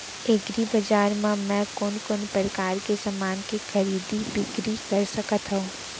एग्रीबजार मा मैं कोन कोन परकार के समान के खरीदी बिक्री कर सकत हव?